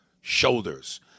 shoulders